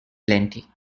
plenty